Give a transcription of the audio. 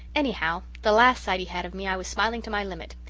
anyhow, the last sight he had of me i was smiling to my limit.